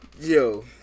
Yo